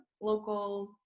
local